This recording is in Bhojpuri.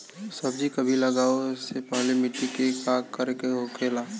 सब्जी कभी लगाओ से पहले मिट्टी के का करे के होखे ला?